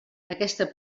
aquesta